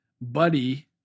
Buddy